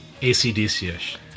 ACDC-ish